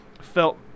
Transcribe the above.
felt